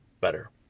better